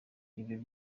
ibyo